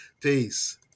Peace